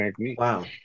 Wow